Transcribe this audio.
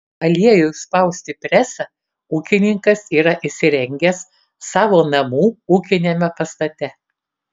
aliejui spausti presą ūkininkas yra įsirengęs savo namų ūkiniame pastate